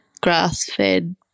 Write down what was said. grass-fed